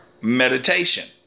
meditation